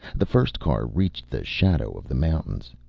the first car reached the shadow of the mountains.